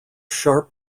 sharp